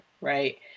right